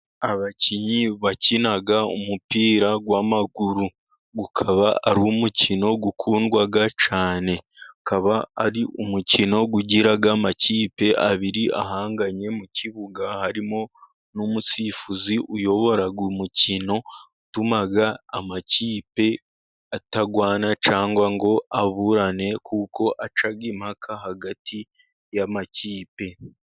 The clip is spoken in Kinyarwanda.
Abakinnyi bakina umupira w'amaguru，ukaba ari umukino ukundwa cyane， akaba ari umukino ugira amakipe abiri ahanganye， mu kibuga harimo n'umusifuzi uyobora umukino， utuma amakipe atarwana cyangwa ngo aburane， kuko aca impaka hagati y'amakipe.